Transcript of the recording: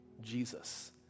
Jesus